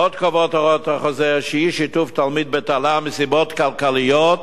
עוד קובעות הוראות החוזר שאי-שיתוף תלמיד בתל"ן מסיבות כלכליות